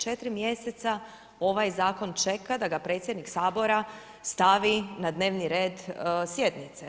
Četiri mjeseca ovaj Zakon čeka da ga predsjednik Sabora stavi na dnevni red sjednice.